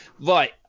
right